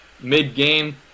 mid-game